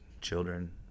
children